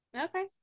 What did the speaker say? Okay